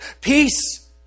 Peace